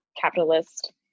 capitalist